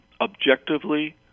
objectively